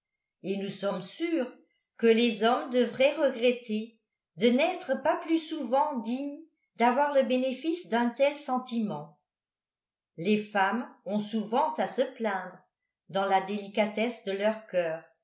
et nous sommes sûrs que les hommes devraient regretter de n'être pas plus souvent dignes d'avoir le bénéfice d'un tel sentiment les femmes ont souvent à se plaindre dans la délicatesse de leur cœur